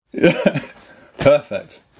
perfect